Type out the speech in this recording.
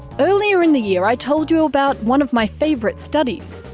earlier in the year i told you about one of my favourite studies.